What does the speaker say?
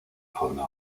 fondo